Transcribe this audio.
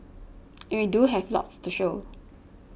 and we do have lots to show